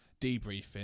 debriefing